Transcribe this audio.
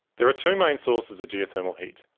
there are two main sources of geothermal heat,